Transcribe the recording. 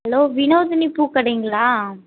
hello Vinodhini பூக்கடைங்களா